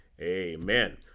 amen